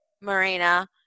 Marina